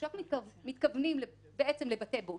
כשאנחנו מתכוונים בעצם לבתי בושת,